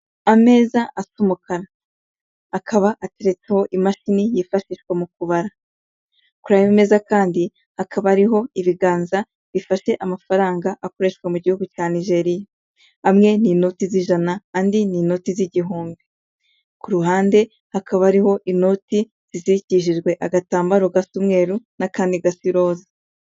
Ameza asa umukana akaba atereretseho imashini yifashishwa mu kubara. Kuri aya meza kandi hakaba hariho ibiganza bifashe amafaranga akoreshwa mu gihugu cya Nigeria, amwe ni inoti z'ijana, andi ni inoti z'igihumbi. Ku ruhande hakaba hariho inoti zizirikishijwe agatambaro gasa umweru n'akandi gasa iroza.